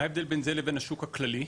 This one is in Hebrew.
מה ההבדל בין זה לבין השוק הכללי,